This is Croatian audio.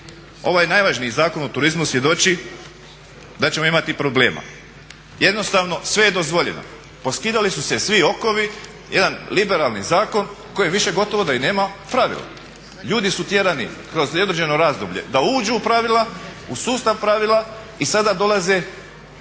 Ovo je najvažniji zakon u turizmu svjedoči da ćemo imati problema. Sve je dozvoljeno. Poskidali su se svi okovi, jedan liberalni zakon koji više gotovo da i nema pravila. Ljudi su tjerani kroz jedno određeno razdoblje da uđu u pravila u sustav pravila i sada dolazi